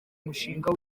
mushinga